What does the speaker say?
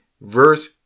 verse